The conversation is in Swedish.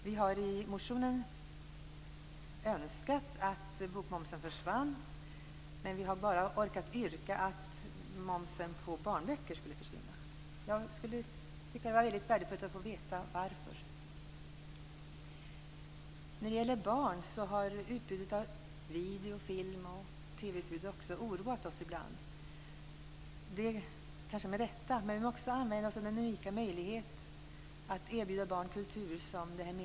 Vi har i en motion önskat att bokmomsen försvann, men vi har bara yrkat att momsen på barnböcker skulle försvinna. Det skulle vara väldigt värdefullt att veta varför. När det gäller barn har utbudet av video, film och TV-produkter oroat oss ibland, och det kanske med rätta. Men vi får också använda medierna som den unika möjlighet att erbjuda barn kultur som de är.